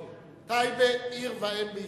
טייבה עיר ואם בישראל,